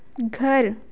घर